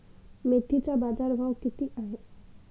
मेथीचा बाजारभाव किती आहे?